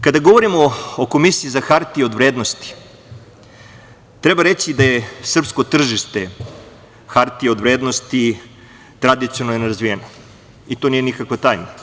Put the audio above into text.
Kada govorimo o Komisiji za hartije od vrednosti, treba reći da je srpsko tržište hartija od vrednosti tradicionalno nerazvijeno i to nije nikakva tajna.